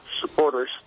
supporters